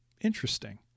Interesting